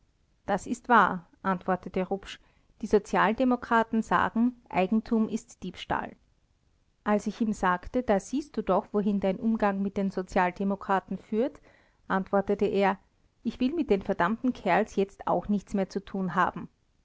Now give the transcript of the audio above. das ist wahr antwortete rupsch die sozialdemokraten sagen eigentum ist diebstahl als ich ihm sagte da siehst du doch wohin dein umgang mit den sozialdemokraten führt antwortete er ich will mit den verdammten kerls jetzt auch nichts mehr zu tun haben